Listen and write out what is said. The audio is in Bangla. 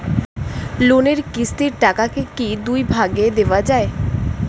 লোনের কিস্তির টাকাকে কি দুই ভাগে দেওয়া যায়?